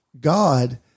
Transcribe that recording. God